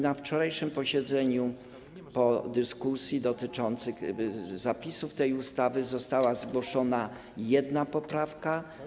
Na wczorajszym posiedzeniu po dyskusji dotyczącej zapisów tej ustawy została zgłoszona jedna poprawka.